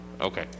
Okay